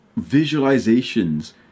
visualizations